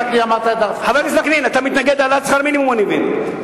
וקנין, אתה מתנגד להעלאת שכר מינימום, אני מבין.